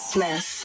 Smith